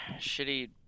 shitty